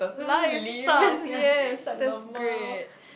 life sucks yes that's great